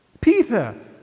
Peter